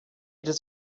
does